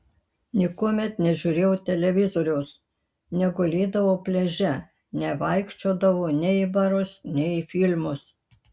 niekuomet nežiūrėjau televizoriaus negulėdavau pliaže nevaikščiodavau nei į barus nei į filmus